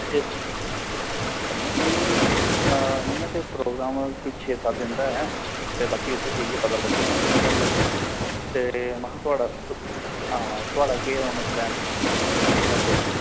ते कन्नै कोई इ'यां ते प्रोग्राम कोई छे सत दिन दा ऐ ते बाकी उत्थे जाइयै पता लगी जाना किन्ने दिन लग्गने ते महां थुहाढ़ा हां थुआढ़ा केह् हून प्लान महां पुच्छचै